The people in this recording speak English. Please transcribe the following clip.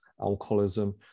alcoholism